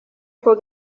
ako